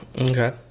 okay